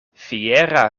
fiera